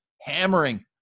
hammering